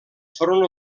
front